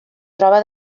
troba